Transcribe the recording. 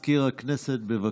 הכנסת, בבקשה.